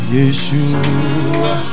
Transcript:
Yeshua